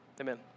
Amen